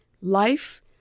life